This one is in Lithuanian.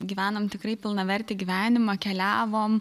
gyvenom tikrai pilnavertį gyvenimą keliavom